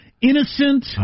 innocent